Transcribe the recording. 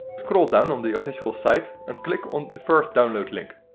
scroll down on the official site and click on the first download link.